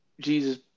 Jesus